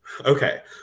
okay